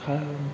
खार